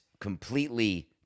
completely